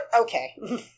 okay